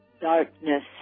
darkness